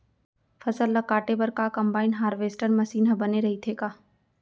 फसल ल काटे बर का कंबाइन हारवेस्टर मशीन ह बने रइथे का?